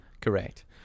correct